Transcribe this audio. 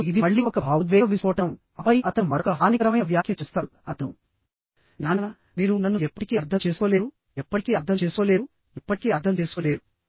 ఇప్పుడు ఇది మళ్ళీ ఒక భావోద్వేగ విస్ఫోటనం ఆపై అతను మరొక హానికరమైన వ్యాఖ్య చేస్తాడుః అతను నాన్న మీరు నన్ను ఎప్పటికీ అర్థం చేసుకోలేరు ఎప్పటికీ అర్థం చేసుకోలేరు ఎప్పటికీ అర్థం చేసుకోలేరు